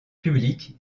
public